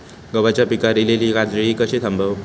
गव्हाच्या पिकार इलीली काजळी कशी थांबव?